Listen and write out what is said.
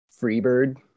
freebird